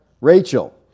Rachel